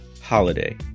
holiday